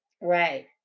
right